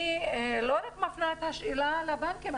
אני לא רק מפנה את השאלה לבנקים,